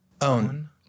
Own